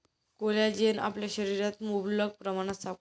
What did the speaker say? collagen आपल्या शरीरात मुबलक प्रमाणात सापडते